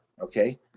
okay